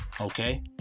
okay